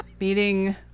Meeting